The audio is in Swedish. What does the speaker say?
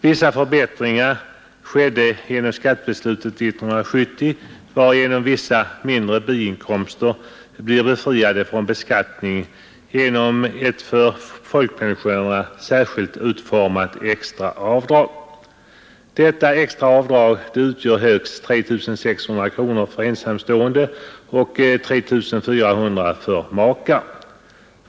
Vissa förbättringar skedde genom skattebeslutet 1970, varigenom vissa mindre biinkomster blev befriade från beskattning genom ett för folkpensionärerna särskilt utformat extra avdrag. Detta utgör högst 3 600 kronor för ensamstående och 3 400 kronor för makar.